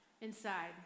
inside